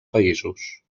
països